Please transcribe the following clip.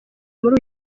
muri